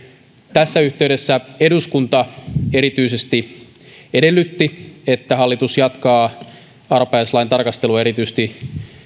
tässä yhteydessä eduskunta erityisesti edellytti että hallitus jatkaa arpajaislain tarkastelua erityisesti